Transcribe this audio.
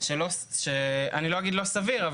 לא אגיד לא סביר,